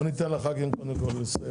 בוא ניתן לח"כים קודם לסיים.